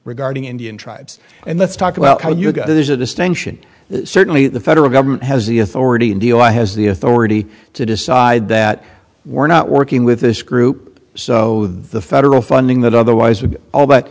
regarding indian tribes and let's talk about how you go there's a distinction certainly the federal government has the authority and eli has the authority to decide that we're not working with this group so the federal funding that otherwise would all but